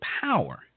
power